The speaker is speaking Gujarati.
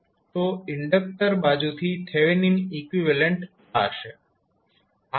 તો ઇન્ડક્ટર બાજુથી થેવેનીન ઇકવીવેલેન્ટ આ હશે